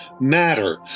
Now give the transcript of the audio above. matter